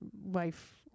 wife